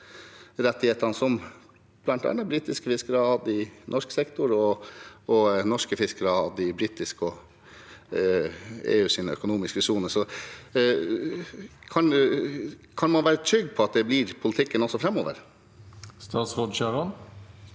fiskerettighetene, som bl.a. britiske fiskere har hatt i norsk sektor, og norske fiskere har hatt i britisk sektor og i EUs økonomiske sone. Kan man være trygg på at det blir politikken også framover? Statsråd Bjørnar